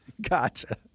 Gotcha